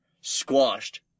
squashed